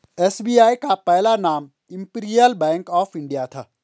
SBI का पहला नाम इम्पीरीअल बैंक ऑफ इंडिया था